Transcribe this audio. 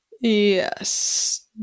yes